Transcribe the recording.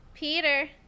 Peter